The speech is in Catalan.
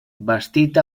bastit